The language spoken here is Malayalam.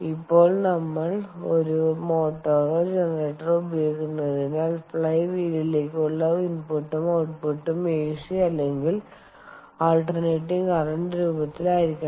ഇപ്പോൾ നമ്മൾ ഒരു മോട്ടോറോ ജനറേറ്ററോ ഉപയോഗിക്കുന്നതിനാൽ ഫ്ലൈ വീലിലേക്കുള്ള ഇൻപുട്ടും ഔട്ട്പുട്ടും എസി അല്ലെങ്കിൽ ആൾട്ടർനേറ്റ് കറന്റ്ആൾന്റെര്നാറിംഗ് current രൂപത്തിലായിരിക്കണം